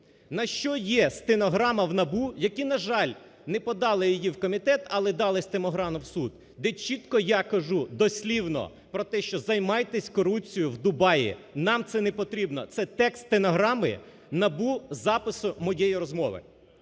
На що є стенограма в НАБУ, яку, на жаль, не подали її в комітет, але дали стенограму в суд, де чітко я кажу дослівно про те, що займайтесь корупцією в Дубаї, нам це не потрібно. Це текст стенограми в НАБУ запису моєї розмови.